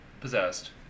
possessed